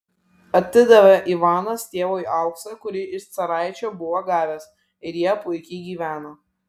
atidavė ivanas tėvui auksą kurį iš caraičio buvo gavęs ir jie puikiai gyveno